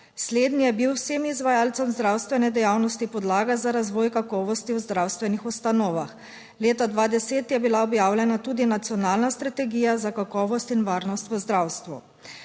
Slednji je bil vsem izvajalcem zdravstvene dejavnosti podlaga za razvoj kakovosti v zdravstvenih ustanovah. Leta 2010 je bila objavljena tudi nacionalna strategija za kakovost in varnost v zdravstvu.